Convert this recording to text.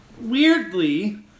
weirdly